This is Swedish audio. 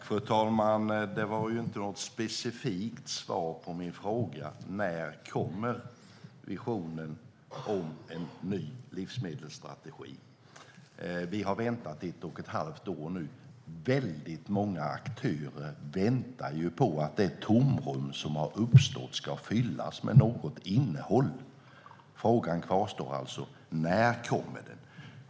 Fru talman! Det var inte något specifikt svar på min fråga om när visionen om en ny livsmedelsstrategi kommer att förverkligas. Vi har väntat i ett och ett halvt år nu. Väldigt många aktörer väntar på att det tomrum som har uppstått ska fyllas med något innehåll. Frågan kvarstår alltså: När kommer strategin?